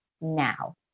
now